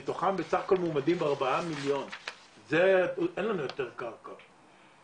אין לנו יותר קרקע.